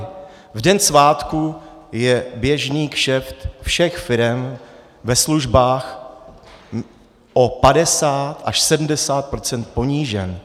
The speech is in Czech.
V den svátku je běžný kšeft všech firem ve službách o 50 až 70 procent ponížen.